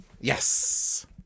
Yes